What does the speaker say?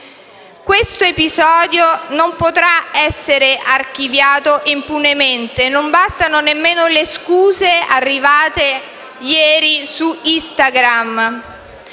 Questo episodio non potrà essere archiviato impunemente e non bastano nemmeno le scuse arrivate ieri su Instagram.